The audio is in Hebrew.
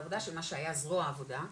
מה שהיה זרוע העבודה,